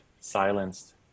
silenced